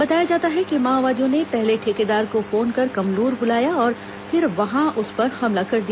बताया जाता है कि माओवादियों ने पहले ठेकेदार को फोन कर कमलूर बुलाया और फिर वहां उस पर हमला कर दिया